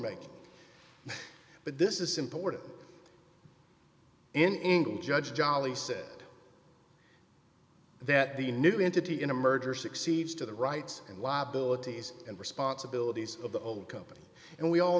making but this is important in england judge jolly said that the new entity in a merger succeeds to the rights and liabilities and responsibilities of the old company and we all